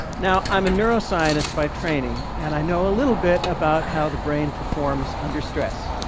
now, i'm a neuroscientist by training and i know a little bit about how the brain performs under stress.